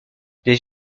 des